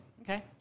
Okay